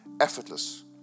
effortless